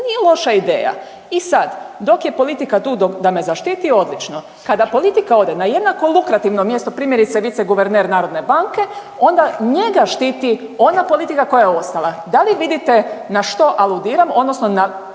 nije loša ideja. I sad dok je politika tu da me zaštiti odlično, kada politika ode na jednako lukrativno mjesto primjerice viceguverner narodne banke onda njega štiti ona politika koja je ostala. Da li vidite na što aludiram odnosno na